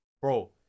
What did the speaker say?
bro